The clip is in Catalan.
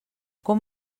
com